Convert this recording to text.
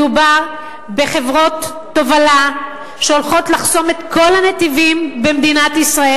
מדובר בחברות תובלה שהולכות לחסום את כל הנתיבים במדינת ישראל,